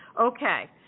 Okay